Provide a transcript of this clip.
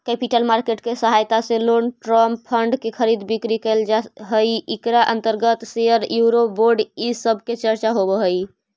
capital market के सहायता से लोंग टर्म फंड के खरीद बिक्री कैल जा हई इकरा अंतर्गत शेयर यूरो बोंड इ सब के चर्चा होवऽ हई